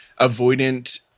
avoidant